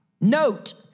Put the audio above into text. Note